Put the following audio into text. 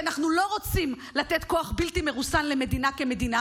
אנחנו לא רוצים לתת כוח בלתי מרוסן למדינה כמדינה,